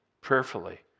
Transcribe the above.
prayerfully